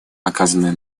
оказанную